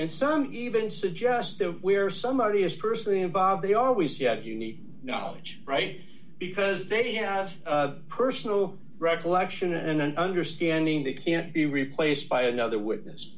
and some even suggest that where somebody is personally involved they always he had the knowledge right because they have a personal recollection and an understanding that can't be replaced by another witness